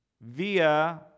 via